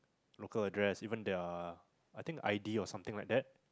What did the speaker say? local address even their I think I_D or something like that